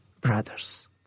brothers